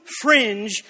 fringe